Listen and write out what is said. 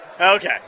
Okay